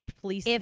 police